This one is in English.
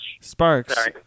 Sparks